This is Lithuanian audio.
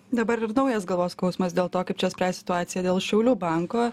dabar ir naujas galvos skausmas dėl to kaip čia spręst situaciją dėl šiaulių banko